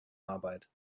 arbeit